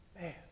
Man